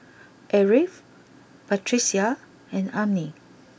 Ariff Batrisya and Ummi